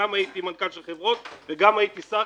גם הייתי מנכ"ל של חברות וגם הייתי שר,